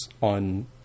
on